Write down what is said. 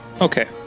Okay